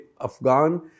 Afghan